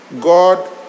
God